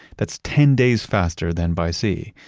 that's ten days faster than by sea.